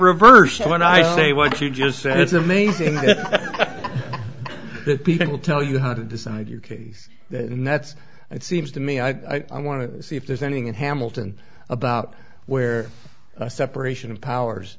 reversed when i say what you just said it's amazing people tell you how to decide your case and that's it seems to me i want to see if there's anything in hamilton about where a separation of powers